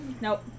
Nope